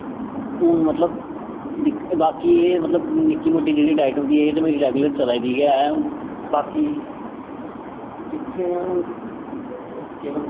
हून मतलब दिक बाकी एह् मतलब निक्की मुट्टी जेह्ड़ी डाईट होंदी एह् ते मेरी रैगलूर चला दी ऐ हून बाकी दिक्खने आं हून केह् बनदा